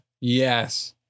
Yes